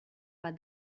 bat